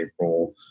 April